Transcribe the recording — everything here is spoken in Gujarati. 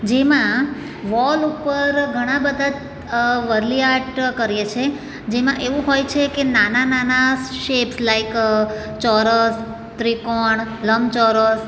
જેમાં વોલ ઉપર ઘણાં બધા વરલી આટ કરીએ છીએ જેમાં એવું હોય છે એ નાના નાના શેપ્સ લાઈક ચોરસ ત્રિકોણ લંબચોરસ